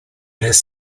his